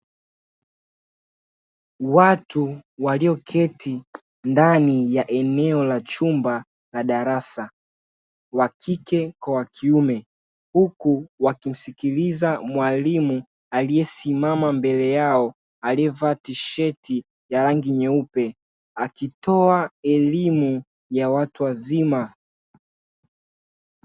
Watu walioketi ndani ya eneo la chumba la darasa wakike kwa wakiume huku wakimsikiliza mwalimu aliesimama mbele yao alievaa tisheti ya rangi nyeupe akitoa elimu ya watu wazima.